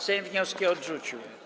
Sejm wnioski odrzucił.